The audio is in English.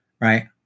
right